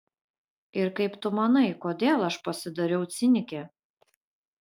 ir kaip tu manai kodėl aš pasidariau cinikė